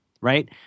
Right